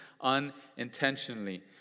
unintentionally